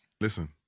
Listen